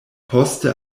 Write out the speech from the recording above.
poste